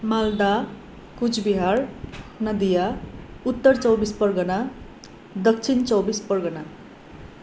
Malda Cooch Behar Nadia Uttar Chaubis Pargana Dakshin Chaubis Pargana